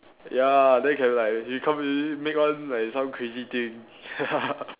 ya then can like you make one like some crazy thing